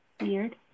Weird